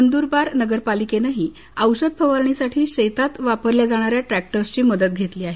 नंद्रबार नगरपालिकेनं औषध फवारणीसाठी शेतात वापरल्या जाणाऱ्या ट्रॅक्टर्सची मदत घेतली आहे